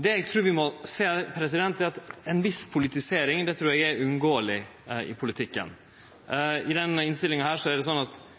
Det eg trur vi må innsjå, er at ei viss politisering er uunngåeleg i politikken. I denne innstillinga kritiserer f.eks. Arbeidarpartiet og SV tidlegare statsråd Faremo, etter mitt syn ein fortent kritikk, men kritikken frå det noverande fleirtalet er hardare. Og motsett: Mitt parti kritiserer den